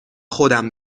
خودم